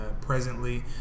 presently